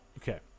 Okay